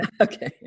Okay